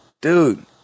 dude